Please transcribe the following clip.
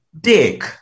dick